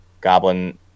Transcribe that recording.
Goblin